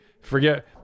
forget